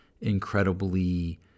incredibly